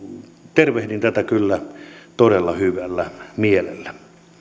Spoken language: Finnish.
tervehdin tätä kyllä todella hyvällä mielellä